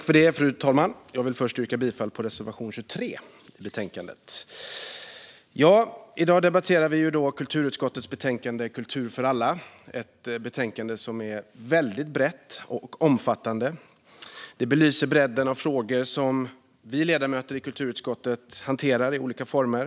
Fru talman! Jag vill först yrka bifall till reservation 23 i betänkandet. I dag debatterar vi kulturutskottets betänkande Kultur för alla . Det är väldigt brett och omfattande. Det belyser bredden av frågor som vi ledamöter i kulturutskottet hanterar i olika former.